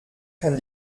kann